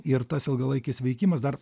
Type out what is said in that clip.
ir tas ilgalaikis veikimas dar